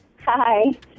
Hi